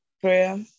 prayer